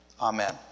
Amen